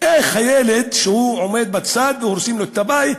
איך הילד שעומד בצד, הורסים לו את הבית,